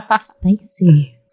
Spicy